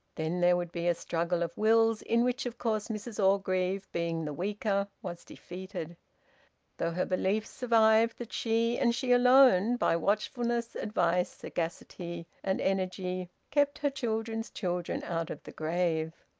then there would be a struggle of wills, in which of course mrs orgreave, being the weaker, was defeated though her belief survived that she and she alone, by watchfulness, advice, sagacity, and energy, kept her children's children out of the grave.